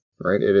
right